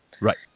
Right